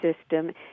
system